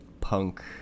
punk